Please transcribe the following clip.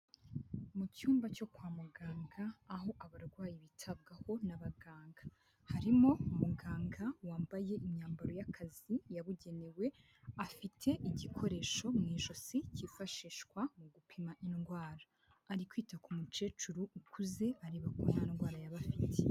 Mu cyumba cyo kwa muganga aho abarwayi bitabwaho n'abaganga. Harimo umuganga wambaye imyambaro y'akazi yabugenewe, afite igikoresho mu ijosi cyifashishwa mu gupima indwara. Ari kwita ku mukecuru ukuze areba ko nta ndwara yaba afite.